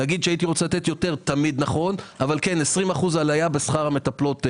לומר שהייתי רוצה לתת יותר - תמיד נכון אבל 20% עלייה בשכר המטפלות,